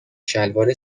شلوار